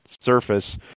surface